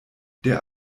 der